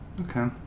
Okay